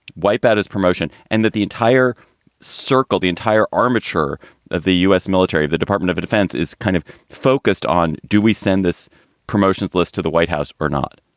wipe out his promotion and that the entire circle, the entire armature of the u s. military, the department of defense is kind of focused on do we send this promotions list to the white house or not?